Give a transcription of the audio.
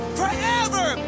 forever